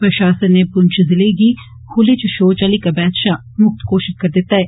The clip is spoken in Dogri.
प्रशासन नै पुंछ जिले गी खुल्ले च शौच आह्ली कवैत शा मुक्त घोषित करी दित्ता ऐ